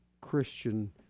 Christian